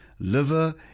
liver